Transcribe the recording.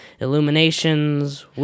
Illuminations